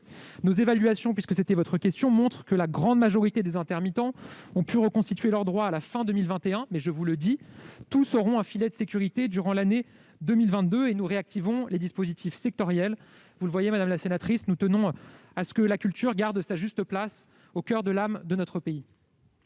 Nos évaluations montrent que la grande majorité des intermittents a pu reconstituer leurs droits à la fin de l'année 2021, mais je vous le dis : tous auront un filet de sécurité durant l'année 2022. Nous réactivons les dispositifs sectoriels. Vous le voyez, madame la sénatrice : nous tenons à ce que la culture garde sa juste place au coeur de l'âme de notre pays.